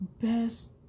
best